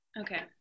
Okay